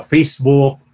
Facebook